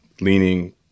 leaning